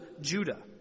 Judah